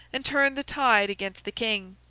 and turned the tide against the king.